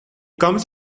comes